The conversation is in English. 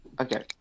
okay